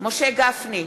משה גפני,